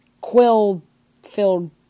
quill-filled